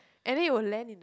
and then it will land in the